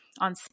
on